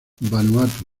vanuatu